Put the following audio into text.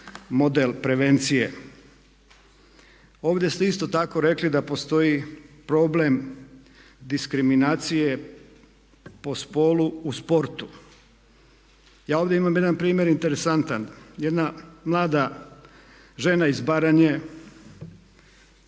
model prevencije. Ovdje ste isto tako rekli da postoji problem diskriminacije po spolu u sportu. Ja ovdje imam jedan interesantan primjer, jedna mlada žena iz Baranje